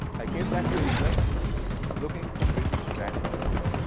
i came back to england looking for british grandmothers.